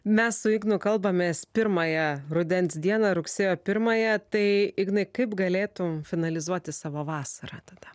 mes su ignu kalbamės pirmąją rudens dieną rugsėjo pirmąją tai ignai kaip galėtum finalizuoti savo vasarą tada